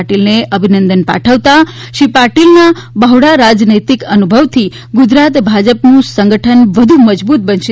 પાટીલને અભિનંદન પાઠવતાં શ્રી પાટીલના બહોળા રાજનૈતિક અનુભવથી ગુજરાત ભાજપનું સંગઠન વધુ મજબૂત થશે